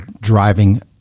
driving